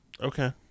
Okay